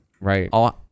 Right